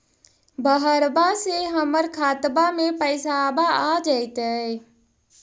बहरबा से हमर खातबा में पैसाबा आ जैतय?